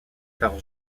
par